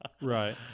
right